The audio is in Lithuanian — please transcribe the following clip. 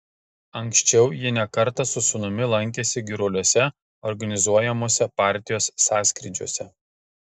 anksčiau ji ne kartą su sūnumi lankėsi giruliuose organizuojamuose partijos sąskrydžiuose